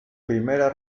primera